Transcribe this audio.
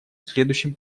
следующем